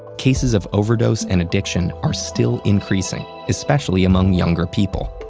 cases of overdose and addiction are still increasing, especially among younger people.